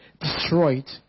destroyed